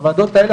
הוועדות האלה,